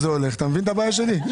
אתה מבין את הבעיה שלי?